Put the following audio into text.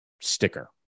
sticker